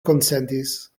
konsentis